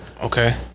Okay